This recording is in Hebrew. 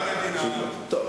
חוזה המדינה,